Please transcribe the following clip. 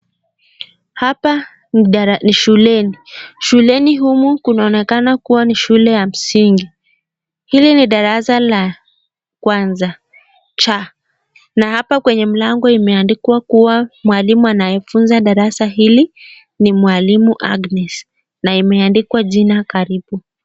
Hapa ni dar.. shuleni. Shuleni humu kunaonekana kuwa ni shule ya msingi. Hili ni darasa la kwanza C. Hapa kwenye mlango imeandikwa kuwa mwalimu anayefunza darasa hili ni mwalimu Agnes na imeandikwa jina karibu.